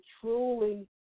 truly